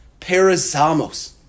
Perizamos